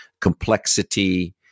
complexity